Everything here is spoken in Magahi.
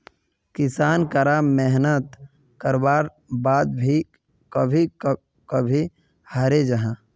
किसान करा मेहनात कारवार बाद भी कभी कभी हारे जाहा